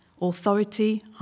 Authority